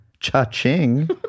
Cha-ching